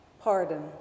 pardon